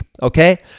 okay